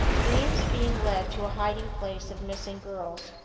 dreams being led to hiding place of missing girls.